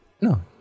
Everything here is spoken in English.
No